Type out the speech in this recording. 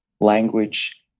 language